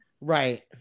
Right